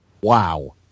wow